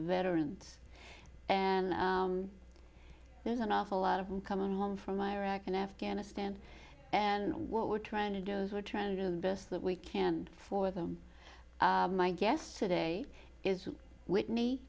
veterans and there's an awful lot of them coming home from iraq and afghanistan and what we're trying to do those who are trying to do the best that we can for them my guests today is whitney